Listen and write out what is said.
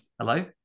hello